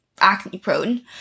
acne-prone